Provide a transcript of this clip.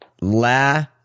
La